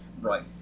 Right